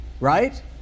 Right